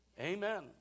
Amen